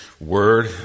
word